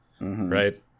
right